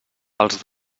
els